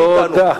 תודה.